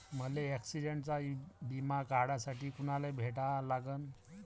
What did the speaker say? मले ॲक्सिडंटचा बिमा काढासाठी कुनाले भेटा लागन?